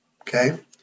Okay